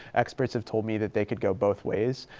experts have told me that they could go both ways.